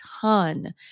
ton